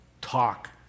talk